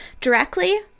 directly